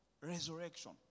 resurrection